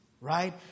right